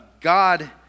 God